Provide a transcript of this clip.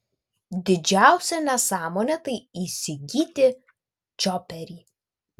didžiausia nesąmonė tai įsigyti čioperį